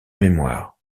mémoire